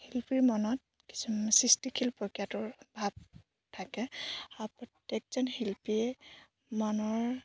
শিল্পীৰ মনত কিছুমান সৃষ্টিশীল প্ৰক্ৰিয়াটোৰ ভাৱ থাকে আ প্ৰত্যেকজন শিল্পীয়ে মনৰ